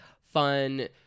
fun